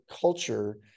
culture